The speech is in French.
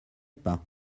pas